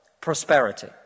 Prosperity